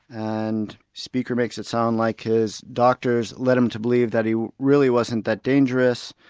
and speaker makes it sounds like his doctors led him to believe that he really wasn't that dangerous,